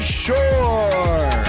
sure